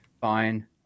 Fine